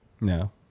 No